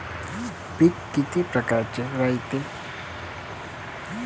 पिकं किती परकारचे रायते?